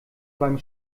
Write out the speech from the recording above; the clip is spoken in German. beim